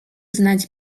znać